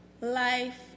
life